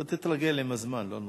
אתה תתרגל עם הזמן, לא נורא.